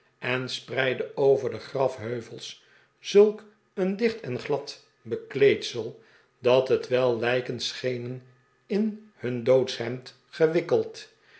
en spreidde over de grafheuvels zulk een dicht en glad bekleedsel dat het wel lijken schenen in hun doodshemd gewikkeld